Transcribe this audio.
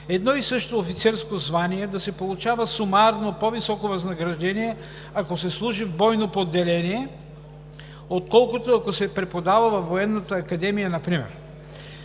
едно и също офицерско звание да се получава сумарно по-високо възнаграждение, ако се служи в бойно поделение, отколкото ако се преподава във Военната академия например.